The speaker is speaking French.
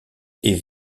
est